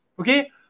Okay